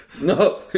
No